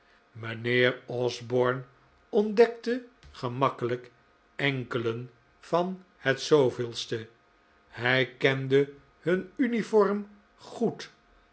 mijnheer osborne ontdekte gemakkelijk enkelen van het de hij kende hun uniform goed